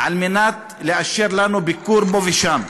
כדי לאשר לנו ביקור פה ושם.